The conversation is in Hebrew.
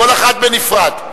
כל אחת בנפרד,